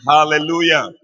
Hallelujah